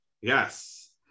Yes